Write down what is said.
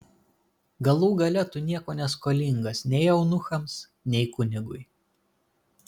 galų gale tu nieko neskolingas nei eunuchams nei kunigui